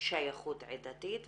ושייכות עדתית,